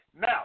Now